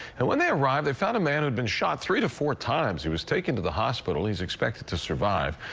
and when they arrived they found a man who'd been shot three to four times he was taken to the hospital is expected to survive.